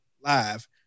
live